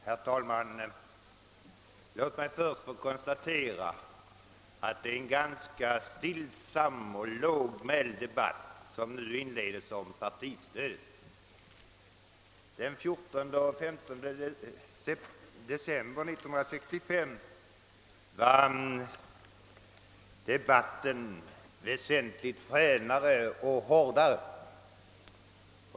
Herr talman! Låt mig först konstatera att det är en ganska stillsam och lågmäld debatt som nu inleds om partistödet. Den 14 och 15 december 1965 var debatten väsentligt fränare och hårdare.